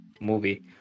Movie